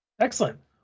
Excellent